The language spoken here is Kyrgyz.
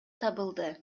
табылды